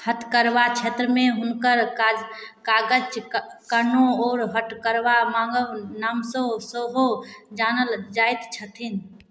हतकरवा क्षेत्रमे हुनकर काज कागज कोनो आओर हटकरवा माँगव नामसँ सेहो जानल जाइत छथिन